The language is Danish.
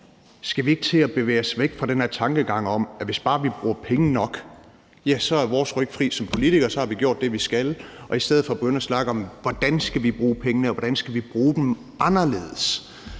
Skal vi ikke til at bevæge os væk fra den her tankegang om, at hvis vi bare bruger penge nok, er vores ryg som politikere fri, og at så har vi gjort det, vi skal, og i stedet begynde at snakke om, hvordan vi skal bruge pengene, og hvordan vi skal bruge dem anderledes?